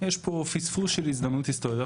יש פה פספוס של הזדמנות היסטורית.